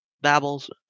babbles